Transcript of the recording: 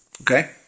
Okay